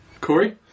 Corey